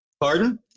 Pardon